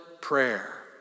prayer